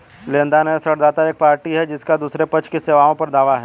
लेनदार या ऋणदाता एक पार्टी है जिसका दूसरे पक्ष की सेवाओं पर दावा है